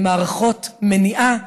במערכות מניעה,